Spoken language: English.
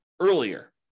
earlier